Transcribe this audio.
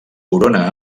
corona